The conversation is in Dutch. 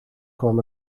kwam